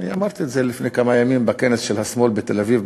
אמרתי את זה לפני כמה ימים בכנס של השמאל בתל-אביב,